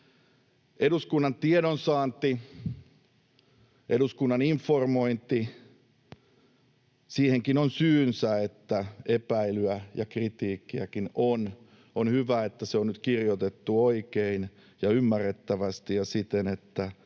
Eduskunnan tiedonsaanti, eduskunnan informointi — siihenkin on syynsä, että epäilyä ja kritiikkiäkin on. On hyvä, että se on nyt kirjoitettu oikein ja ymmärrettävästi ja siten, että